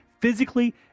Physically